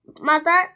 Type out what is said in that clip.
mother